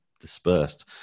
dispersed